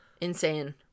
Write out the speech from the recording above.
insane